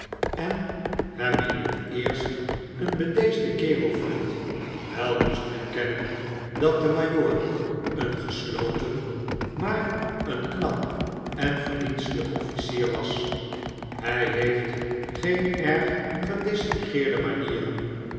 en hem in het eerst een bedeesden kerel vond wel moest erkennen dat de majoor een gesloten maar een knap en verdienstelijk offlcier was hij heeft geen erg gedistingeerde manieren